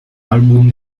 album